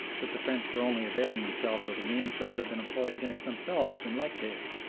that the french were only availing themselves of the means that would have been employed against themselves in like case.